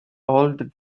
old